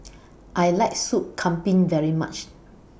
I like Soup Kambing very much